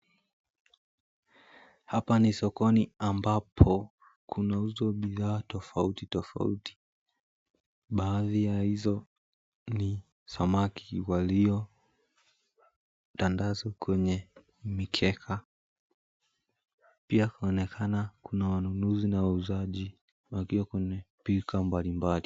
Hapa ni sokoni ambapo kunauzwa bidhaa tofauti tofauti ,baadhi ya hizo ni samaki waliotandazwa kwenye mikeka, pia kunaonekana kuna wanunuzi na wauzaji wakiwa kwenye pilka mbalimbali.